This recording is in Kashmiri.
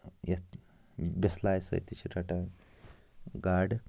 یَتھ بِسلاے سۭتۍ تہِ چھِ رَٹان گاڈٕ